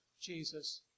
Jesus